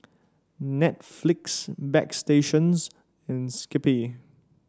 Netflix Bagstationz and Skippy